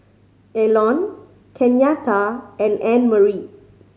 Elon Kenyatta and Annmarie